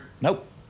Nope